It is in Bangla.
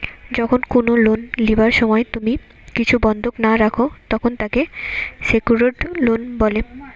যখন কুনো লোন লিবার সময় তুমি কিছু বন্ধক না রাখো, তখন তাকে সেক্যুরড লোন বলে